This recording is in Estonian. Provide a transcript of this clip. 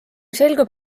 selgub